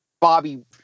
Bobby